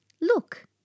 Look